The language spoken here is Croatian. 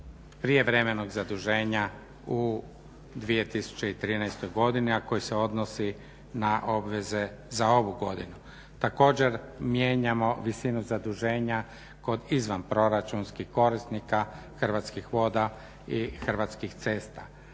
prijevremenog zaduženja u 2013. godini, a koji se odnosi na obveze za ovu godinu. Također mijenjamo visinu zaduženja kod izvanproračunskih korisnika Hrvatskih voda i Hrvatskih cesta.